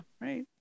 Right